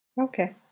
Okay